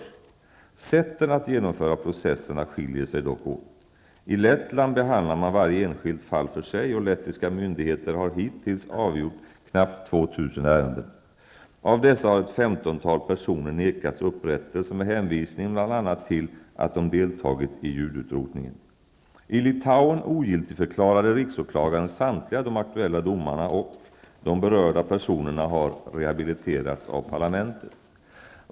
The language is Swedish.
Sätten att genomföra processerna skiljer sig dock åt. I Lettland behandlar man varje enskilt fall för sig och lettiska myndigheter har hittills avgjort knappt 2 000 ärenden. Av dessa har ett femtontal personer nekats upprättelse med hänvisning bl.a. till att de deltagit i judeutrotningen. I Litauen ogiltigförklarade riksåklagaren samtliga de aktuella domarna, och de berörda personerna har rehabiliterats av parlamentet.